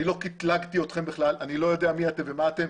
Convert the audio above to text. אני לא קטלגתי אתכם, אני לא יודע מי אתם ומה אתם.